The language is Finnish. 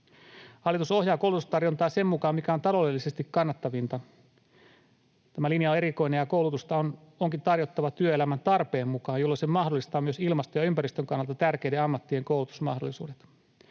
Hallitus ohjaa koulutustarjontaa sen mukaan, mikä on taloudellisesti kannattavinta. Tämä linja on erikoinen, ja koulutusta onkin tarjottava työelämän tarpeen mukaan, jolloin se mahdollistaa myös ilmaston ja ympäristön kannalta tärkeiden ammattien koulutusmahdollisuudet.